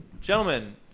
Gentlemen